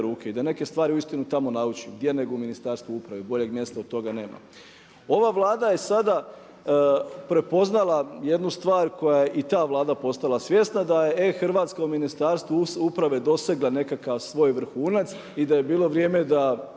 i da neke stvari uistinu tamo nauči. Gdje nego u Ministarstvu uprave. Boljeg mjesta od toga nema. Ova Vlada je sada prepoznala jednu stvar koje je i ta Vlada postala svjesna da je e-Hrvatska u Ministarstvu uprave dosegla nekakav svoj vrhunac i da je bilo vrijeme da